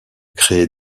créer